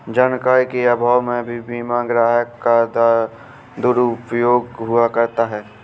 जानकारी के अभाव में भी बीमा ग्राहक का दुरुपयोग हुआ करता है